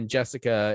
Jessica